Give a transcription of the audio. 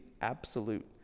absolute